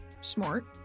Smart